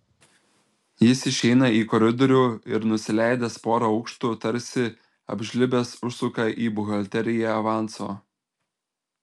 jis išeina į koridorių ir nusileidęs porą aukštų tarsi apžlibęs užsuka į buhalteriją avanso